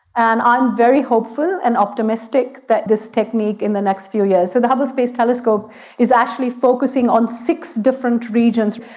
and i'm very hopeful and optimistic that this technique in the next few years, so the hubble space telescope is actually focusing on six different regions,